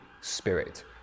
spirit